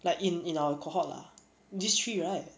like in in our cohort lah this three right